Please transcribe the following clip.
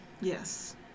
Yes